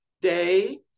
day